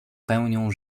pełnią